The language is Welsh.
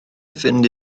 fynd